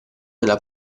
nella